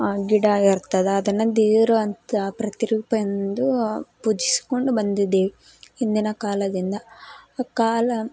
ಆ ಗಿಡ ಇರ್ತದೆ ಅದನ್ನು ದೇವರು ಅಂತ ಪ್ರತಿರೂಪ ಎಂದು ಪೂಜಿಸಿಕೊಂಡು ಬಂದಿದ್ದೀವೆ ಹಿಂದಿನ ಕಾಲದಿಂದ ಆ ಕಾಲ